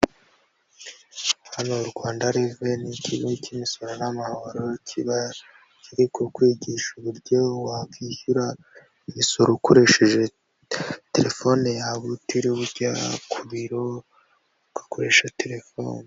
Hano Rwanda reveni ikigo cy'imisoro n'amahoro, kiba kiri kukwigisha uburyo wakwishyura imisoro ukoresheje telefone yawe utiriwe ujya ku biro, ugakoresha telefoni.